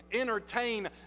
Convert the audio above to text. entertain